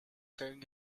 carrying